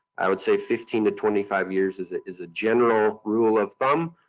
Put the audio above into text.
i would say fifteen to twenty five years is ah is a general rule of thumb.